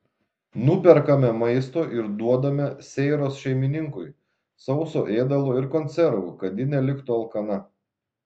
nuperkame maisto ir duodame seiros šeimininkui sauso ėdalo ir konservų kad ji neliktų alkana